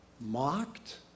mocked